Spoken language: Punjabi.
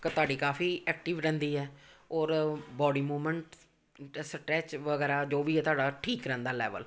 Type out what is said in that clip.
ਤੁਹਾਡੀ ਕਾਫੀ ਐਕਟਿਵ ਰਹਿੰਦੀ ਹੈ ਔਰ ਬੋਡੀ ਮੂਵਮੈਂਟ ਸਟ੍ਰੈਚ ਵਗੈਰਾ ਜੋ ਵੀ ਹੈ ਤੁਹਾਡਾ ਠੀਕ ਰਹਿੰਦਾ ਲੈਵਲ